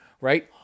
right